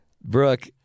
Brooke